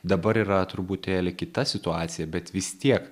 dabar yra truputėlį kita situacija bet vis tiek